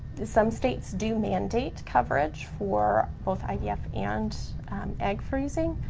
some states do mandate coverage for both ivf and egg freezing,